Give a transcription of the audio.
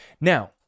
Now